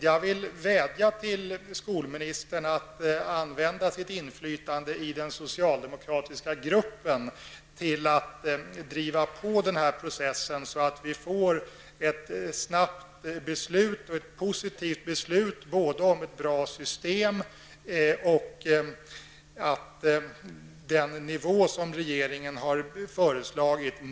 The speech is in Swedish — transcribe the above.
Jag vill vädja till skolministern att använda sitt inflytande i den socialdemokratiska gruppen för att driva på den här processen, så att vi snabbt får ett positivt beslut i riksdagen både om ett bra system och om minst den bidragsnivå som regeringen har föreslagit.